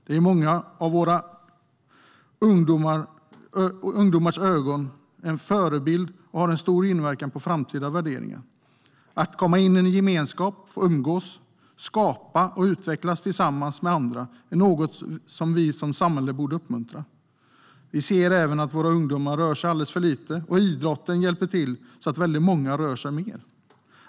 De är i många av våra ungdomars ögon en förebild och har en stor inverkan på framtida värderingar. Att komma in i en gemenskap, få umgås, skapa och utvecklas tillsammans med andra är något vi som samhälle borde uppmuntra. Vi ser även att våra ungdomar rör sig alldeles för lite. Idrotten hjälper till så att väldigt många rör sig mer.